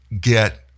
get